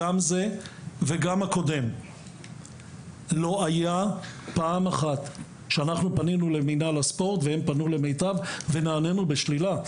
לא הייתה פעם אחת שפנינו למיטב דרך מינהל הספורט ונעננו בשלילה.